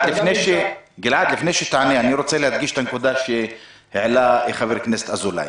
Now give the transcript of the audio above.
לפני שתענה אני רוצה להדגיש את הנקודה שהעלה חבר הכנסת אזולאי,